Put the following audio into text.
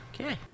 Okay